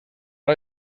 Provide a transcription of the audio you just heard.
are